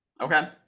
Okay